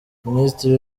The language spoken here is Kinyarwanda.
ministri